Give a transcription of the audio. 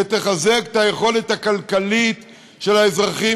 שתחזק את היכולת הכלכלית של האזרחים